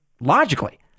logically